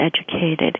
educated